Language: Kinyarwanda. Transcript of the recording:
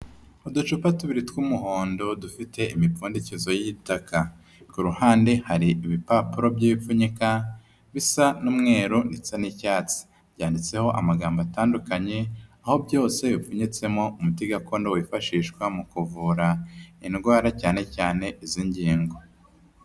Uducupa tubiri tw'umuhondo dufite imipfundikizo y'itaka, ku ruhande hari ibipapuro by'ipfunyika bisa n'umweru ndetse n'icyatsi, byanditseho amagambo atandukanye aho byose bipfunyitsemo umuti gakondo wifashishwa mu kuvura indwara cyane cyane iz'ingingo.